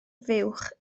fuwch